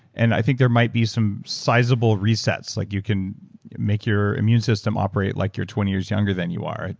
and i think there might be some sizable resets, like you can make your immune system operate like you're twenty years younger than you are.